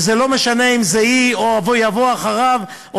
וזה לא משנה אם זה היא או יבוא אחריה או